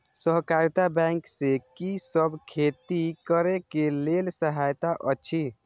सहकारिता बैंक से कि सब खेती करे के लेल सहायता अछि?